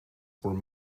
were